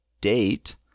date